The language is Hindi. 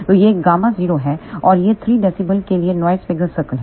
तो यह Γ0 है और यह 3 dB के लिए नॉइस फिगर सर्कल है